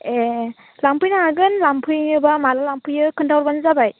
ए लांफैनो हागोन लांफैयोबा माला लांफैयो खोन्थाहरबानो जाबाय